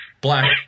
black